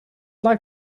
like